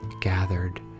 gathered